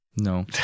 No